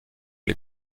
les